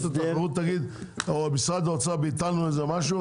התחרות או משרד האוצר יגידו שביטלתם איזה משהו,